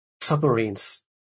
submarines